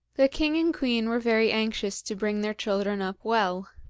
the king and queen were very anxious to bring their children up well,